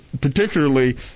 particularly